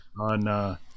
on